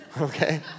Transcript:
Okay